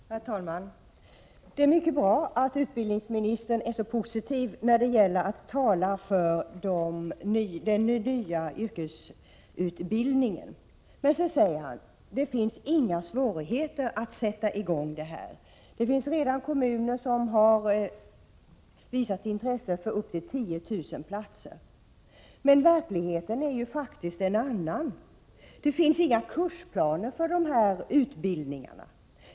Herr talman! Det är mycket bra att utbildningsministern är så positiv när det gäller att tala för den nya yrkesutbildningen. Men sedan säger han att det inte finns några svårigheter när det gäller att igångsätta denna utbildning: Det finns redan kommuner som har visat intresse för upp till 10 000 platser. Men verkligheten är ju faktiskt en annan. Det finns inga kursplaner för dessa utbildningar.